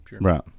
Right